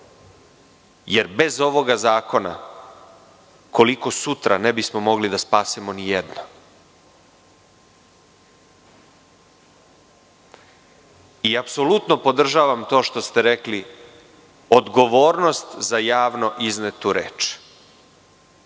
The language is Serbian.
jer bez ovoga zakona, koliko sutra, ne bismo mogli da spasimo nijedno. Apsolutno podržavam to što ste rekli – odgovornost za javno iznetu